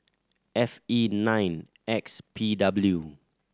F E nine X P W